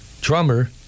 drummer